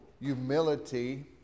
humility